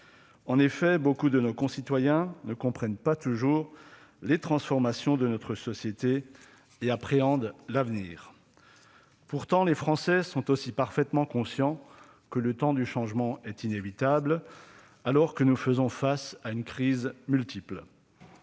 En effet, beaucoup de nos concitoyens ne comprennent pas toujours les transformations de notre société et appréhendent l'avenir. Pourtant, les Français sont aussi parfaitement conscients que le temps du changement est inévitable, alors que nous faisons face à une crise multiple.